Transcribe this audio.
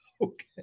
okay